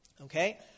okay